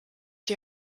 die